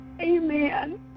Amen